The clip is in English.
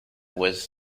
was